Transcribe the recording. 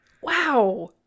Wow